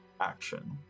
action